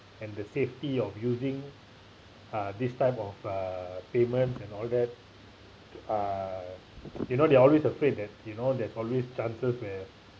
and the safety of using uh this type of uh payment and all that you know they are always afraid that you know there's always chances where